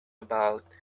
about